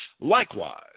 Likewise